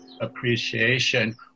appreciation